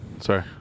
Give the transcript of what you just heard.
Sorry